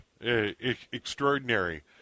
extraordinary